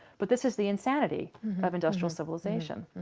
but this is the insanity of industrial civilization.